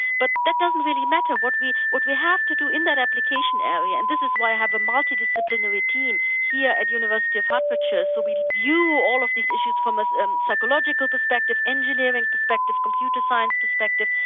but that doesn't really matter. what we what we have to do in that application area. and this is why i have a multidisciplinary team here at the university of hertfordshire, so we view all of these issues from ah the psychological perspective, engineering perspective, computer science perspective,